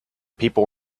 people